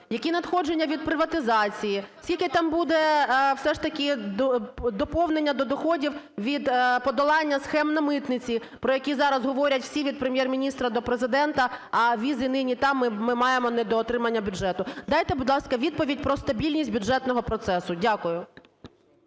які надходження від приватизації, скільки там буде все ж таки доповнення до доходів від подолання схем на митниці, про які зараз говорять всі від Прем'єр-міністра до Президента, а віз і нині там, ми маємо недоотримання бюджету. Дайте, будь ласка, відповідь про стабільність бюджетного процесу. Дякую.